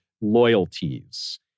loyalties